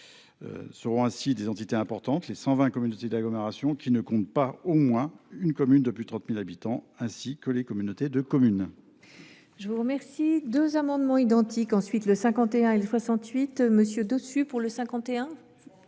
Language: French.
considérées comme des entités importantes les 120 communautés d’agglomération qui ne comptent pas au moins une commune de plus de 30 000 habitants, ainsi que les communautés de communes.